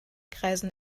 kreisen